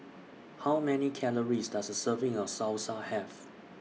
How Many Calories Does A Serving of Salsa Have